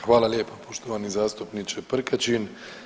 Hvala lijepo poštovani zastupniče Prkačin.